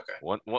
one